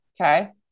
Okay